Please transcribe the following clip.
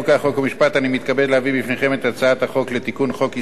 אני מתכבד להביא בפניכם את הצעת החוק לתיקון חוק איסור מימון טרור,